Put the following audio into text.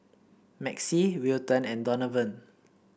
Maxie Wilton and Donavan